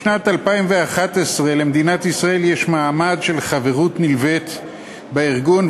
משנת 2011 למדינת ישראל יש מעמד של חברות נלווית בארגון,